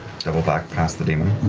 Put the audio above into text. double back past the demon.